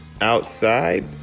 Outside